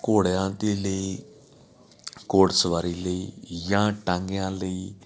ਘੋੜਿਆਂ ਦੇ ਲਈ ਘੋੜ ਸਵਾਰੀ ਲਈ ਜਾਂ ਟਾਂਗਿਆਂ ਲਈ